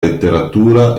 letteratura